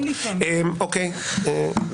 --- לאנשים מסוימים לפעמים.